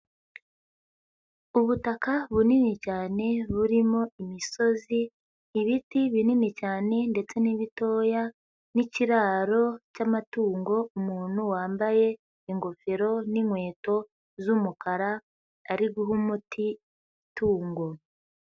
Ubutaka bunini cyane burimo imisozi, ibiti binini cyane ndetse n'ibitoya n'ikiraro cy'amatungo umuntu wambaye ingofero n'inkweto z'umukara ari guha umuti itungo.